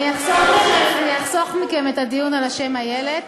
אז אני אחסוך מכם את הדיון על השם איילת